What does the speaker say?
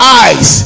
eyes